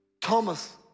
Thomas